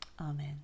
Amen